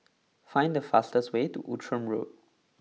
find the fastest way to Outram Road